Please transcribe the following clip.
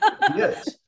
yes